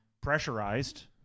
pressurized